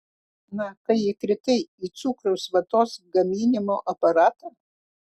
na kai įkritai į cukraus vatos gaminimo aparatą